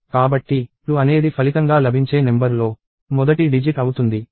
కాబట్టి 2 అనేది ఫలితంగా లభించే నెంబర్ లో మొదటి డిజిట్ అవుతుంది